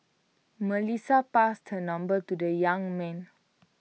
Melissa passed her number to the young man